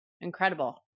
incredible